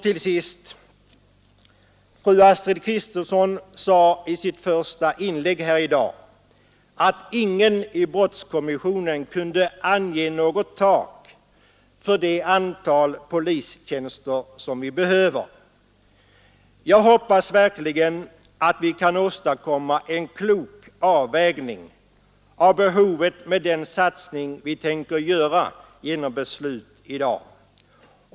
Till sist: Fru Astrid Kristensson sade i sitt första inlägg i dag att ingen i brottskommissionen kunde ange något tak för det antal polistjänster som vi behöver. Jag hoppas verkligen att vi kan åstadkomma en klok avvägning av behovet med den satsning vi tänker göra genom beslut i dag.